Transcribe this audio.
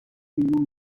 میلیون